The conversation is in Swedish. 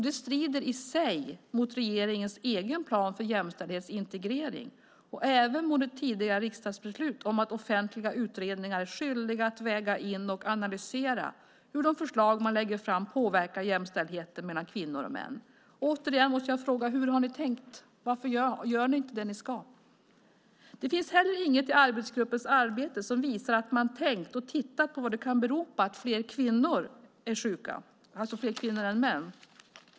Det strider i sig mot regeringens egen plan för jämställdhetsintegrering och även mot ett tidigare riksdagsbeslut om att offentliga utredningar är skyldiga att väga in och analysera hur de förslag man lägger fram påverkar jämställdheten mellan kvinnor och män. Återigen måste jag fråga hur ni har tänkt. Varför gör ni inte det ni ska? Det finns heller inget i arbetsgruppens arbete som visar att man har tänkt och tittat på vad det kan bero på att fler kvinnor än män är sjuka.